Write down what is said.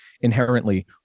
Inherently